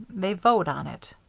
they vote on it.